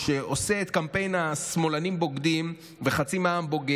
שעושה את קמפיין "שמאלנים בוגדים" ו"חצי מהעם בוגד",